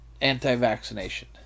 anti-vaccination